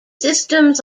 systems